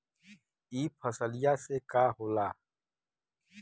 ई फसलिया से का होला?